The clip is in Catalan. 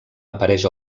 apareix